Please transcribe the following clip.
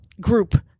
group